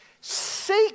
seek